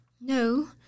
No